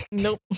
Nope